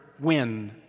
win